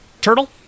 turtle